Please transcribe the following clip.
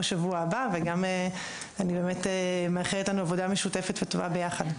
שבוע הבא וגם אני באמת מאחלת לנו עבודה משותפת וטובה ביחד.